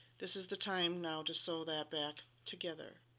this is the time now to sew that back together.